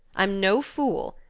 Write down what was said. i'm no fool.